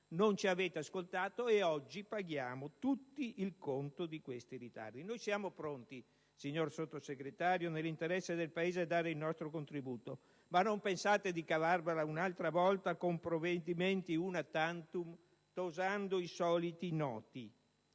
non ci avete ascoltato e oggi paghiamo tutti il conto di questi ritardi. Noi siamo pronti, signor Sottosegretario, nell'interesse del Paese a dare il nostro contributo, ma non pensate di cavarvela un'altra volta con provvedimenti *una tantum* tosando i soliti noti.